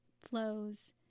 flows